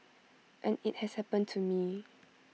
and IT has happened to me